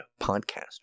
podcast